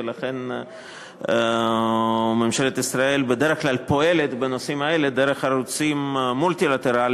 ולכן ממשלת ישראל בדרך כלל פועלת בנושאים האלה דרך ערוצים מולטילטרליים,